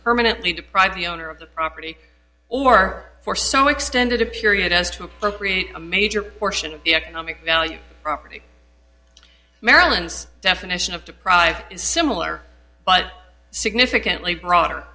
permanently deprive the owner of the property or for so extended a period as to appropriate a major portion of the economic value property maryland's definition of deprived is similar but significantly broader